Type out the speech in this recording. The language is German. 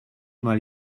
mal